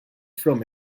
from